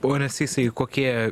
pone sysai kokie